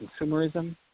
consumerism